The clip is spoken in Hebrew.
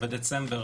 בדצמבר